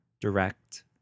direct